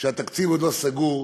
כשהתקציב עוד לא סגור,